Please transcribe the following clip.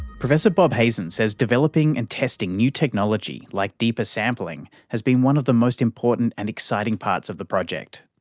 professor bob hazen says developing and testing new technology like deeper sampling has been one of the most important and exciting parts of the project.